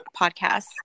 podcasts